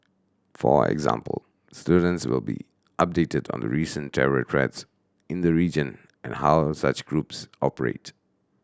for example students will be updated on the recent terror threats in the region and how such groups operate